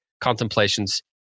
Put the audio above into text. contemplations